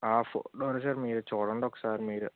four doors మీరు చూడండి ఒకసారి మీరే